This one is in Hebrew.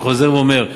אני חוזר ואומר,